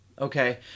Okay